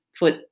foot